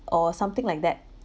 or something like that